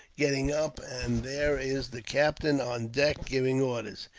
getting up, and there is the captain on deck, giving orders.